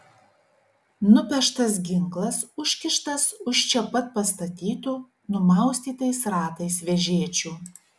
nupeštas ginklas užkištas už čia pat pastatytų numaustytais ratais vežėčių